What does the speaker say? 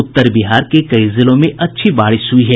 उत्तर बिहार के कई जिलों में अच्छी बारिश हुयी है